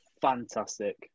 fantastic